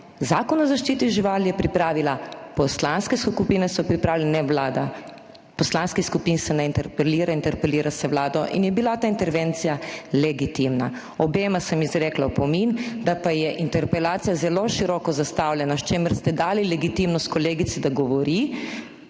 Zakon o zaščiti živali so pripravile poslanske skupine, ne vlada, poslanskih skupin se ne interpelira, interpelira se vlado, zato je bila ta intervencija legitimna. Obema sem izrekla opomin, da pa je interpelacija zelo široko zastavljena, s čimer ste dali legitimnost kolegici, da govori,